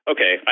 Okay